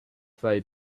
throw